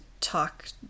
talk